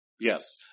Yes